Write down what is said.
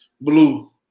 Blue